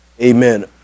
Amen